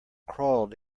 crawled